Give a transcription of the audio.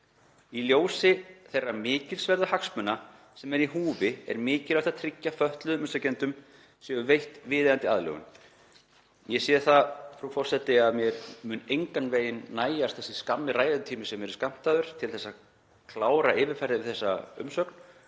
Í ljósi þeirra mikilsverðu hagsmuna sem eru í húfi er mikilvægt að tryggt sé að fötluðum umsækjendum sé veitt viðeigandi aðlögun …“— Ég sé það, frú forseti, að mér mun engan veginn nægja þessi skammi ræðutími sem mér er skammtaður til að klára yfirferð yfir þessa umsögn